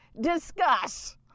Discuss